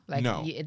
No